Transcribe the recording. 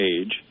age